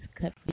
cut